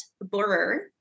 Borer